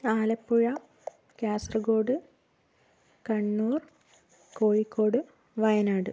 Alappuzha Kasaragod Kannur Kozhikode Wayanad